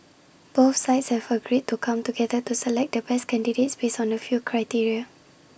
both sides have agreed to come together to select the best candidates based on A few criteria